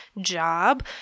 job